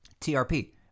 TRP